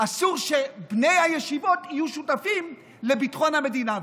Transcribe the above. אסור שבני הישיבות יהיו שותפים לביטחון המדינה.